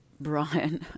Brian